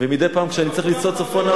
ומדי פעם כשאני צריך לנסוע צפונה,